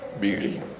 beauty